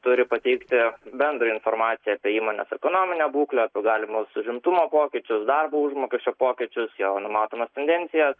turi pateikti bendrą informaciją apie įmonės ekonominę būklę galimus užimtumo pokyčius darbo užmokesčio pokyčius jau numatomas tendencijas